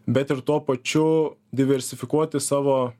bet ir tuo pačiu diversifikuoti savo